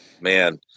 man